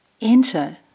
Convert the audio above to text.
enter